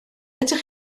ydych